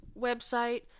website